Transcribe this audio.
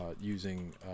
using